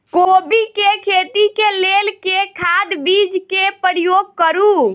कोबी केँ खेती केँ लेल केँ खाद, बीज केँ प्रयोग करू?